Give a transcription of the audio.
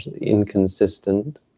inconsistent